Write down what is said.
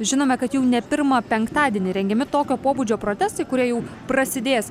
žinome kad jau ne pirmą penktadienį rengiami tokio pobūdžio protestai kurie jau prasidės